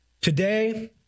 Today